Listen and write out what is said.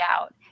out